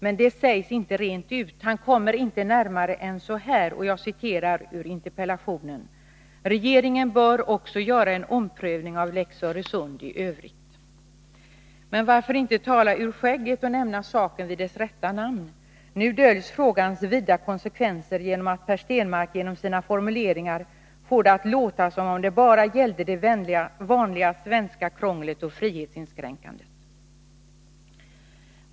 Men det sägs inte rent ut, han kommer i sin interpellation inte närmare än så här: ”Regeringen bör också göra en översyn av lex Öresund i övrigt.” Varför inte tala ur skägget och nämna saken vid dess rätta namn? Nu döljs frågans vida konsekvenser genom att Per Stenmarck med sina formuleringar får det att låta som om det bara gällde det vanliga svenska krånglet och frihetsinskränkandet.